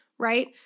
right